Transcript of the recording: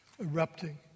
erupting